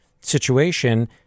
situation